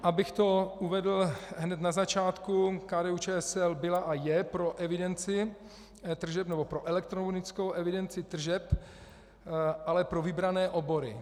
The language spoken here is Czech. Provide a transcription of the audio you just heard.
Abych to uvedl hned na začátku, KDUČSL byla a je pro evidenci tržeb nebo pro elektronickou evidenci tržeb, ale pro vybrané obory.